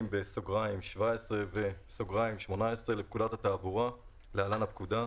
ו-(18) לפקודת התעבורה (להלן-הפקודה),